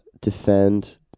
defend